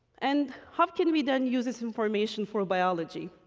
and how can we then use this information for biology?